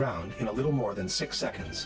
ground in a little more than six seconds